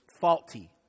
faulty